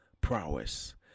prowess